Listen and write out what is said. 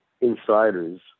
insiders